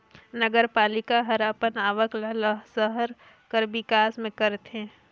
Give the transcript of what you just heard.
नगरपालिका हर अपन आवक ल सहर कर बिकास में करथे